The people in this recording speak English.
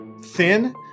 thin